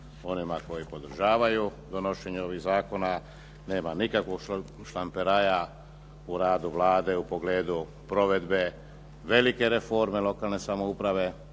onima koji podržavaju donošenje ovih zakona. Nema nikakvog šlamperaja u radu Vlade u pogledu provedbe velike reforme lokalne samouprave,